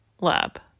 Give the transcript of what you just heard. lab